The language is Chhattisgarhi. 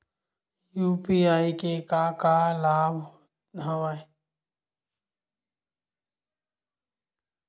यू.पी.आई के का का लाभ हवय?